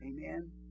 Amen